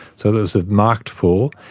so there was a marked fall.